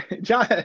John